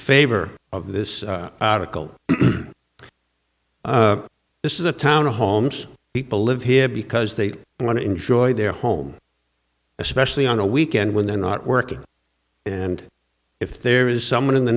favor of this article this is a town homes people live here because they want to enjoy their home especially on a weekend when they're not working and if there is someone in the